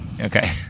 Okay